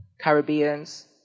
Caribbeans